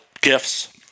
gifts